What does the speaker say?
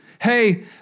Hey